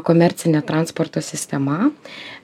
komercinė transporto sistema